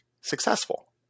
successful